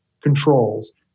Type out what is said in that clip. controls